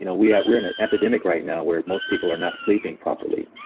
you know we're we're in an epidemic right now where most people are not sleeping properly.